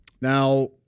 Now